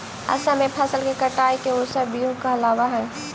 असम में फसल के कटाई के उत्सव बीहू कहलावऽ हइ